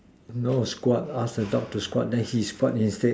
no squat ask the dog to squat then he squat his his face